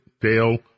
Dale